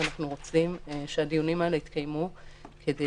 מצד אחד, אנחנו רוצים שהדיונים האלה יתקיימו כדי